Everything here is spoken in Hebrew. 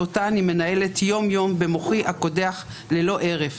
שאותה אני מנהלת יום-יום במוחי הקודח ללא הרף,